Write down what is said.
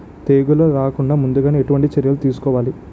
తెగుళ్ల రాకుండ ముందుగానే ఎటువంటి చర్యలు తీసుకోవాలి?